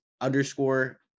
underscore